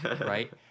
right